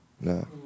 No